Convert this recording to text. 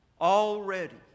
Already